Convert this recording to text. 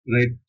Right